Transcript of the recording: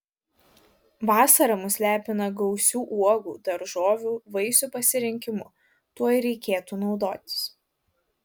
vasara mus lepina gausiu uogų daržovių vaisių pasirinkimu tuo ir reikėtų naudotis